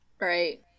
Right